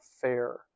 fair